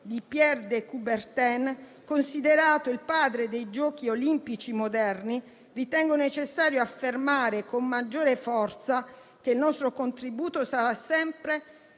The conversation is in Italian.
di Pierre de Coubertin, considerato il padre dei Giochi olimpici moderni, ritengo necessario affermare con maggiore forza che il nostro contributo sarà sempre